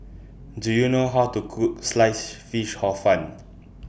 Do YOU know How to Cook Sliced Fish Hor Fun